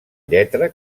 lletra